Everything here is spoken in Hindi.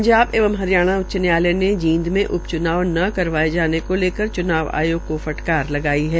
ंजाब एंव हरियाणा उच्च न्यायालय ने जींद में उ च्नाव ने करवाये जाने को लेकर च्नाव आयोग को फटकार लगाई है